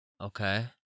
Okay